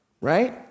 right